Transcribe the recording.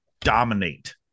dominate